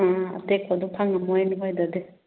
ꯑꯥ ꯑꯇꯦꯛꯄꯗꯨ ꯐꯪꯂꯝꯂꯣꯏ ꯅꯣꯏꯗꯗꯤ